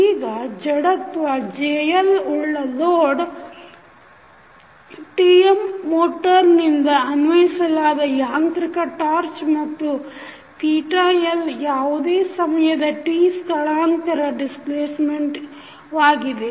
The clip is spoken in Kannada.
ಈಗ ಜಡತ್ವ JL ಉಳ್ಳ ಲೋಡ್ load Tmಮೋಟರ್ನಿಂದ ಅನ್ವಯಿಸಲಾದ ಯಾಂತ್ರಿಕ ಟಾರ್ಚ್ ಮತ್ತು L ಯಾವುದೇ ಸಮಯದ t ಸ್ಥಳಾಂತರ ವಾಗಿದೆ